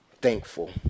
thankful